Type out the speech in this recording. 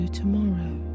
tomorrow